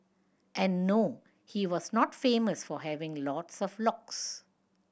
and no he was not famous for having lots of locks